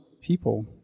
people